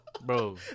bro